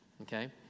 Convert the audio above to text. okay